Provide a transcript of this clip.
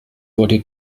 wurde